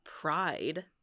pride